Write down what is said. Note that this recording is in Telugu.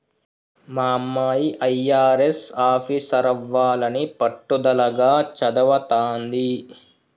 మా అమ్మాయి అయ్యారెస్ ఆఫీసరవ్వాలని పట్టుదలగా చదవతాంది